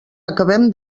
acabem